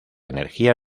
energía